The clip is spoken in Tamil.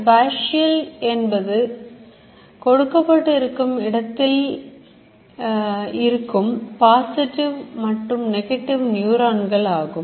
Spatial என்பது கொடுக்கப்பட்டு இருக்கும் இடத்தில் இருக்கும் பாசிட்டிவ் மற்றும் நெகட்டிவ் நியூரான்கள் ஆகும்